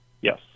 Yes